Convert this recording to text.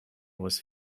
was